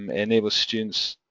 um enables students.